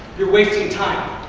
you're wasting time.